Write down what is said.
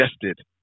suggested